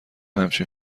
همچین